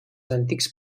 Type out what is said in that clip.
antics